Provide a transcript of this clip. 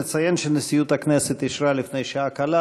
נציין שנשיאות הכנסת אישרה לפני שעה קלה